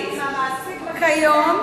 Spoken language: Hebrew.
אם המעסיק מגיש את זה.